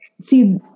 see